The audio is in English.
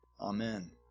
Amen